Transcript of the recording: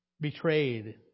betrayed